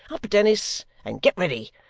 up, dennis, and get ready!